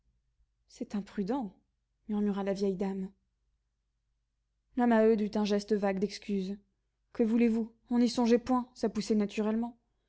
c'est imprudent murmura la vieille dame la maheude eut un geste vague d'excuse que voulez-vous on n'y songeait point ça poussait naturellement